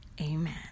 Amen